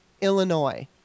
Illinois